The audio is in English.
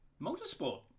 Motorsport